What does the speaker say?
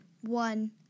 one